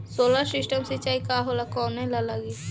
Solar system सिचाई का होला कवने ला लागी?